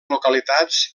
localitats